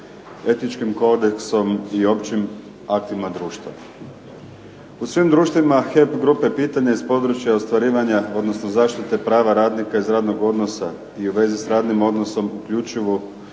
etičkim kodeksom i općim aktima društva. U svim društvima "HEP Grupe" pitanja iz područja ostvarivanja, odnosno zaštite prava radnika iz radnog odnosa i u vezi s radnim odnosom uključuju